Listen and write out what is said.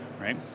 right